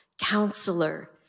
Counselor